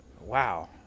wow